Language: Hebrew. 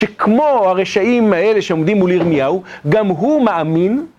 שכמו הרשעים האלה שעומדים מול ירמיהו, גם הוא מאמין.